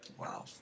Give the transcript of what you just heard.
Wow